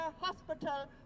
hospital